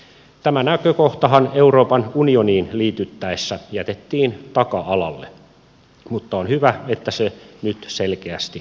tämä näkökohtahan euroopan unioniin liityttäessä jätettiin taka alalle mutta on hyvä että se nyt selkeästi mainitaan